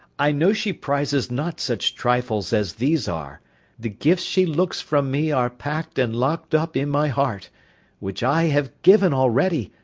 i know she prizes not such trifles as these are the gifts she looks from me are pack'd and lock'd up in my heart which i have given already,